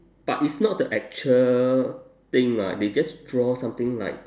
but it's not the actual thing [what] they just draw something like